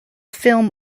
film